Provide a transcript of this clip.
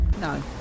No